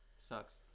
Sucks